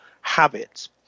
habits